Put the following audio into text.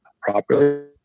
properly